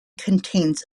contains